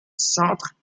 centre